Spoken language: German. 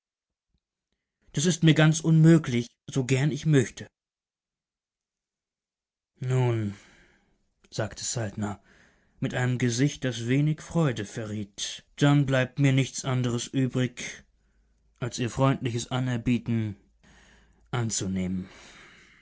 das ist mir ganz unmöglich so gern ich möchte nun sagte saltner mit einem gesicht das wenig freude verriet dann bleibt mir nichts anderes übrig als ihr freundliches anerbieten anzunehmen